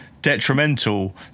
detrimental